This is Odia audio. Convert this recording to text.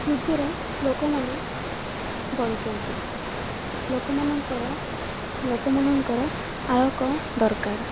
ସୂର୍ଯ୍ୟରେ ଲୋକମାନେ ବଞ୍ଚନ୍ତି ଲୋକମାନଙ୍କର ଲୋକମାନଙ୍କର ଆଲୋକ ଦରକାର